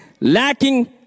lacking